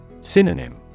Synonym